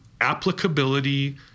applicability